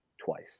twice